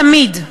תמיד.